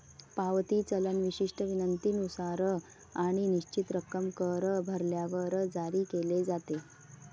पावती चलन विशिष्ट विनंतीनुसार आणि निश्चित रक्कम कर भरल्यावर जारी केले जाते